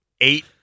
eight